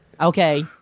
Okay